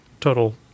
total